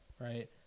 right